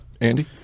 Andy